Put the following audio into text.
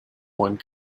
one